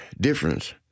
difference